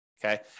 Okay